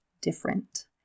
different